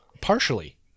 partially